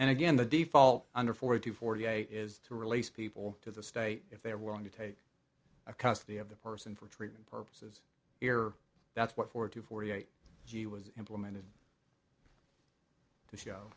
and again the default under forty to forty eight is to release people to the state if they were going to take a custody of the person for treatment purposes here that's what four to forty eight g was implemented to show